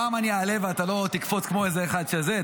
פעם אני אעלה ואתה לא תקפוץ כמו איזה אחד שזה,